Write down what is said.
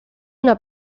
una